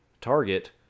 target